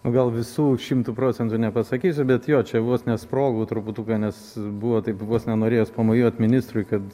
gal visų šimtu procentų nepasakysiu bet jo čia vos nesprogau truputuką nes buvo taip na norėjos pamojuot ministrui kad